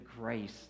grace